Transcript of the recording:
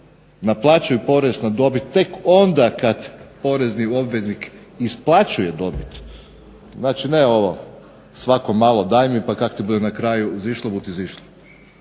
naplaćuju porez na dobit tek onda kada porezni obveznik isplaćuje dobit, znači ne ovo svako malo daj mi pa kako bu na kraju izišlo bu ti izišlo.